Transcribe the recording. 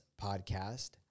podcast